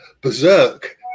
berserk